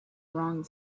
wrong